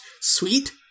sweet-